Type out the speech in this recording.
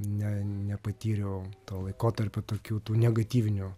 ne nepatyriau to laikotarpio tokių tų negatyvinių